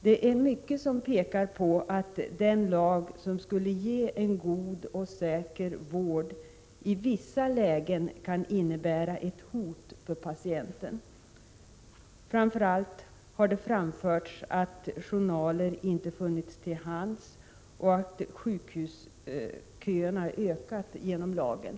Det är mycket som pekar på att den lag, som skulle ge en god och säker vård, i vissa lägen kan innebära ett hot för patienten. Framför allt har det framförts att journaler inte funnits till hands och att sjukvårdsköerna ökat genom lagen.